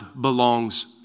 belongs